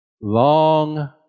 long